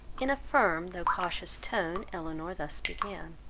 in a firm, though cautious tone, elinor thus began.